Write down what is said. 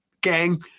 gang